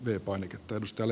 herra puhemies